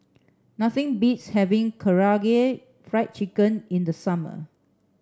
nothing beats having Karaage Fried Chicken in the summer